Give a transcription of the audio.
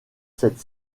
cette